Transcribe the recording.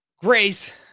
Grace